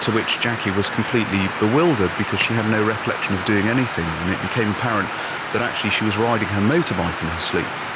to which jackie was completely bewildered because she had no recollection of doing anything, and it became apparent that actually she was riding her motorbike in her sleep.